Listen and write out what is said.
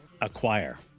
acquire